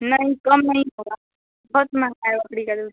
नहीं कम नहीं होगा बहुत महंगा है बकरी का दूध